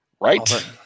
right